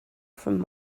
from